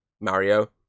Mario